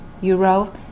euro